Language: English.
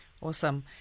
Awesome